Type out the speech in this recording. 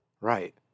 Right